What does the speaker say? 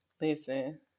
Listen